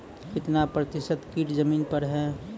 कितना प्रतिसत कीट जमीन पर हैं?